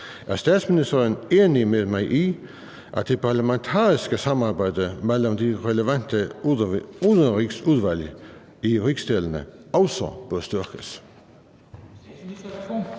Er statsministeren enig med mig i, at det parlamentariske samarbejde mellem de relevante udenrigsudvalg i rigsdelene også bør styrkes?